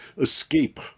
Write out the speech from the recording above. escape